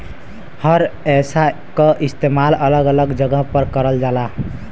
हर रेसा क इस्तेमाल अलग अलग जगह पर करल जाला